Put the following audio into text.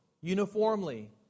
uniformly